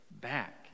back